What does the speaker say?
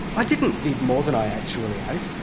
i didn't eat more than i actually ate,